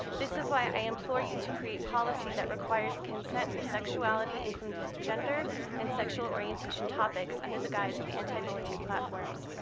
this is why i implore you to create policy that requires consent for sexuality including gender and sexual orientation topics under the guise of the anti-bullying platforms.